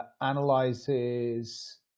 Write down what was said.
analyzes